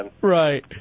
Right